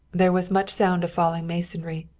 there was much sound of falling masonry.